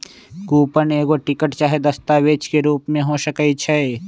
coupon एगो ticket चाहे दस्तावेज के रूप में हो सकइ छै